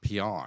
PR